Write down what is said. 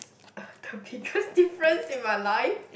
s~ the biggest difference in my life